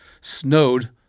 snowed